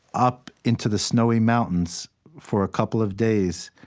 up into the snowy mountains for a couple of days,